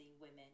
women